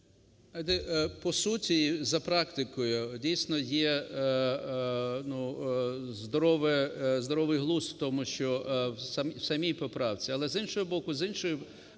По суті, за практикою, дійсно, є здоровий глузд в тому, що в самій поправці. Але, з іншого боку, з іншої